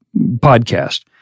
podcast